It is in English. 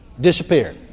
disappear